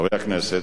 חברי הכנסת,